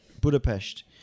budapest